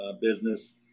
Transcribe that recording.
business